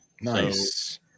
Nice